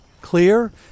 clear